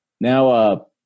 now